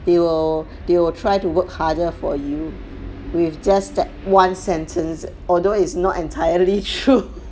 they will they will try to work harder for you with just that one sentence although is not entirely true